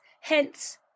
hence